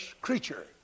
creature